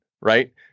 right